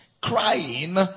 crying